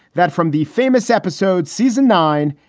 that from the famous episode, season nine,